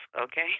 okay